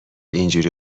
اینجوری